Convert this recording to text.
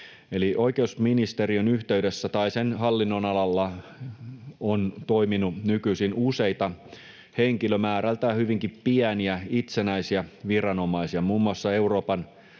eli oikeusministeriön yhteydessä tai sen hallinnonalalla on toiminut nykyisin useita, henkilömäärältään hyvinkin pieniä itsenäisiä viranomaisia, muun muassa Euroopan